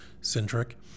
centric